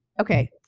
okay